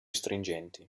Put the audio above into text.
stringenti